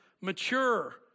mature